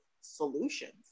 solutions